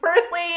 Firstly